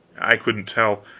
i couldn't tell